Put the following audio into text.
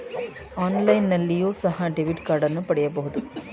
ಆನ್ಲೈನ್ನಲ್ಲಿಯೋ ಸಹ ಡೆಬಿಟ್ ಕಾರ್ಡನ್ನು ಪಡೆಯಬಹುದು